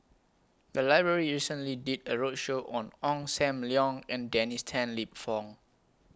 The Library recently did A roadshow on Ong SAM Leong and Dennis Tan Lip Fong